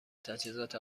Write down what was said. تجهیزات